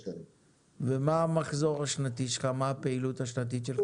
ומה המחזור השנתי שלך, מה הפעילות השנתית שלך?